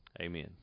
amen